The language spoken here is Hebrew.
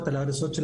מהריסה,